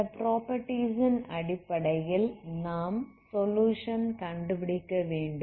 இந்த ப்ராப்பர்ட்டீஸ் ன் அடிப்படையில் நாம் சொலுயுஷன் கண்டுபிடிக்கவேண்டும்